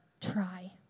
Try